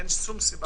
אין שום סיבה.